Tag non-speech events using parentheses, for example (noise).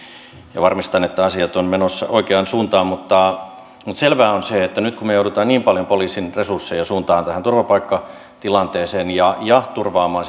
ja varmistan että asiat ovat menossa oikeaan suuntaan mutta selvää on se että kun me joudumme nyt niin paljon poliisin resursseja suuntaamaan tähän turvapaikkatilanteeseen ja turvaamaan (unintelligible)